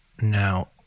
Now